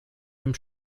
dem